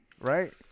right